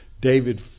David